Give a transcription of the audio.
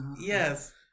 Yes